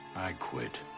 i quit.